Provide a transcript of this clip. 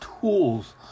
tools